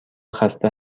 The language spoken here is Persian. خسته